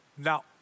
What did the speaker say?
Now